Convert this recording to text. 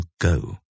go